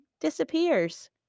disappears